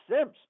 Sims